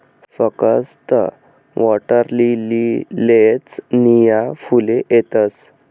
फकस्त वॉटरलीलीलेच नीया फुले येतस